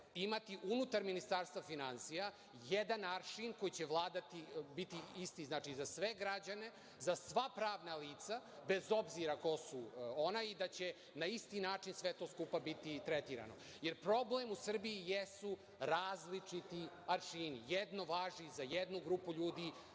imati unutar Ministarstva finansija. jedan aršin koji će vladati, biti isti, znači, za sve građane, za sva pravna lica, bez obzira ko su ona i da će na isti način sve to skupa biti tretirano, jer problem u Srbiji jesu različiti aršini, jedno važi za jednu grupu ljudi,